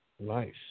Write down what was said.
Nice